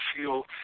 feel